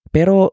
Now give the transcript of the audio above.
Pero